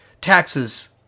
taxes